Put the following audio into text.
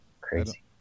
crazy